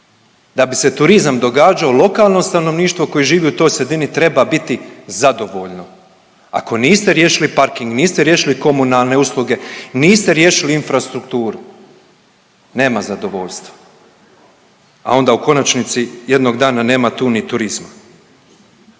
Da bi se turizam događao lokalno stanovništvo koje živi u toj sredini treba biti zadovoljno. Ako niste riješili parking, niste riješili komunalne usluge, niste riješili infrastrukturu. Nema zadovoljstva, a onda u konačnici jednog dana nema tu ni turizma.